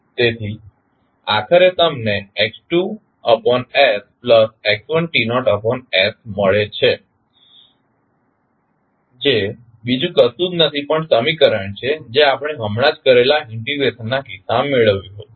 તેથી આખરે તમને X2sx1s મળે છે જે બીજું કશું જ નથી પણ સમીકરણ છે જે આપણે હમણાં જ કરેલા ઇન્ટિગ્રેશનના કિસ્સામાં મેળવ્યું હતું